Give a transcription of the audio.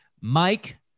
Mike